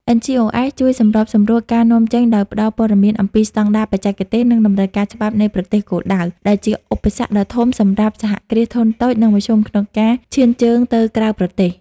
NGOs ជួយសម្របសម្រួលការនាំចេញដោយផ្ដល់ព័ត៌មានអំពីស្ដង់ដារបច្ចេកទេស និងតម្រូវការច្បាប់នៃប្រទេសគោលដៅ ដែលជាឧបសគ្គដ៏ធំសម្រាប់ សហគ្រាសធុនតូច និងមធ្យម ក្នុងការឈានជើងទៅក្រៅប្រទេស។